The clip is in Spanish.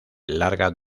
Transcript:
larga